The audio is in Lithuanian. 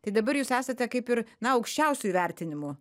tai dabar jūs esate kaip ir na aukščiausiu įvertinimu